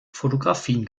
fotografien